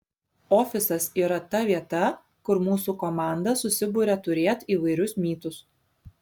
ofisas yra ta vieta kur mūsų komanda susiburia turėt įvairius mytus